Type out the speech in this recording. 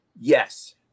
Yes